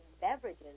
beverages